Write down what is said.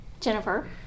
Jennifer